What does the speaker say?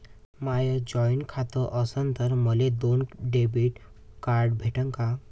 माय joint खातं असन तर मले दोन डेबिट कार्ड भेटन का?